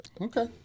Okay